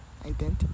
identity